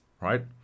right